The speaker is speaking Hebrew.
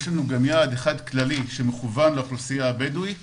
יש לנו גם יעד אחד כללי שמכוון לאוכלוסייה הבדואית